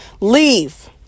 Leave